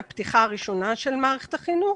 הפתיחה הראשונה של מערכת החינוך,